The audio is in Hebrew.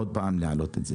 עוד פעם להעלות את גובה הקנס.